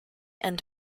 and